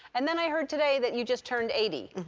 and then i heard today that you just turned eighty.